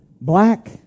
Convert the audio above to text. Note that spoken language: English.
black